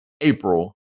April